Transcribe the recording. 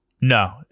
No